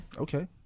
Okay